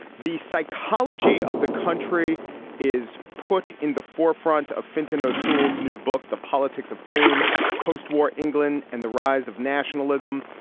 the psychology of the country is put in the forefront of fintan o'toole's new book the politics of pain postwar england and the rise of nationalism.